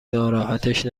ناراحتش